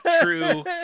true